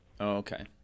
Okay